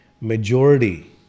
majority